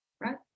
right